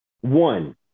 One